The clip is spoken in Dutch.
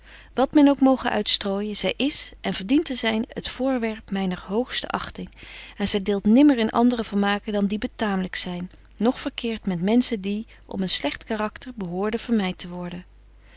wat men ook moge uitstrooijen zy is en verdient te zyn het voorwerp myner hoogste achting en zy deelt nimmer in andere vermaken dan die betaamlyk zyn noch verkeert met menschen die om een slegt karakter behoorden vermyt te worden